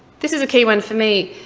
this is a key one for me.